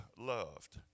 loved